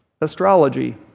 astrology